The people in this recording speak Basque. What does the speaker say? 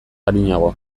arinago